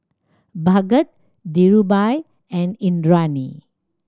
Bhagat Dhirubhai and Indranee